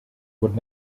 would